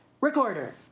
Recorder